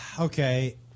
Okay